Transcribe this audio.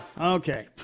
Okay